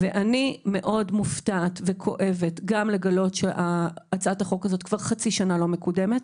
אני מאוד מופתעת וכואבת גם לגלות שהצעת החוק הזו כבר חצי שנה לא מקודמת,